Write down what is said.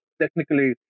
technically